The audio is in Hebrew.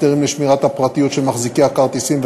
הסדרים לשמירת הפרטיות של מחזיקי הכרטיסים,